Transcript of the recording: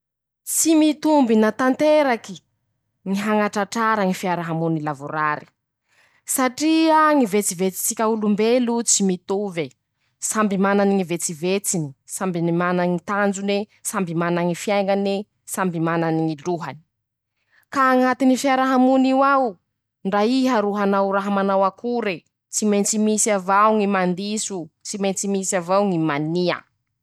Tsy mitombina tanteraky ñy hañatratrara ñy fiarahamony lavorary; satria ñy vetsevetse tsika olombelo tsy mitove, samby mana ñy vetsevetseny, samby ny mana ñy tanjone, samby manany ñy fiaiñane, samby mana ny ñy lohane, ka hañatin'io fiarahamon'io ao, ndra iha ro hanao raha manao akore, tsy mentsy misy avao ñy mandisy, tsy mentsy misy avao ñy maniaa.